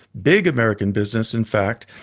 big american business, in fact,